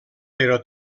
però